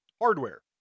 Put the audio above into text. Hardware